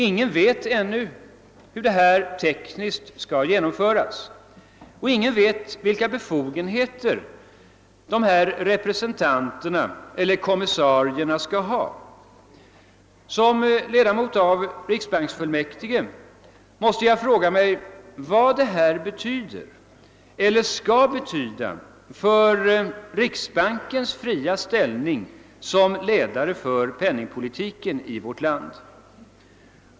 Ingen vet ännu hur detta tekniskt skall genomföras och ingen vet vilka befogenheter dessa representanter eller kommissarier skall ha. Som ledamot av riksbanksfullmäktige måste jag fråga mig vad detta skall betyda för riksbankens fria ställning som ledare av penningpolitiken i vårt land.